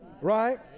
right